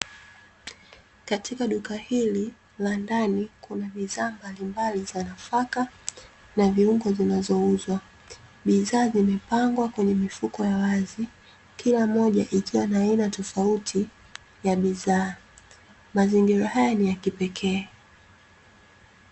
Katika duka hili la ndani, kuna bidhaa mbalimbali za nafaka na viungo zinazouzwa. Bidhaa zimepangwa kwenye mifuko ya wazi, kila moja ikiwa na aina tofauti ya bidhaa; mazingira haya ni ya kipekee.